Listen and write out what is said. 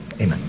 Amen